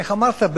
איך אמרת?